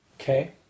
Okay